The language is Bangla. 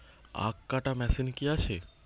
আখ কাটা মেশিন কি আছে?